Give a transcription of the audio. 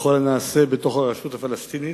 בכל הנעשה בתוך הרשות הפלסטינית.